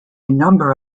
number